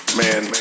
man